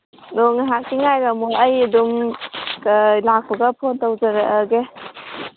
ꯑꯣ ꯉꯥꯏꯍꯥꯛꯇꯤ ꯉꯥꯏꯔꯝꯃꯣ ꯑꯩ ꯑꯗꯨꯝ ꯂꯥꯛꯄꯒ ꯐꯣꯟ ꯇꯧꯖꯔꯛꯑꯒꯦ